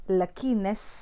luckiness